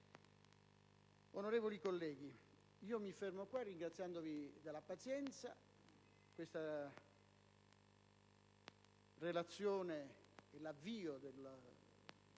Onorevoli colleghi, mi fermo qui, ringraziandovi per la pazienza. Questa relazione, e l'avvio della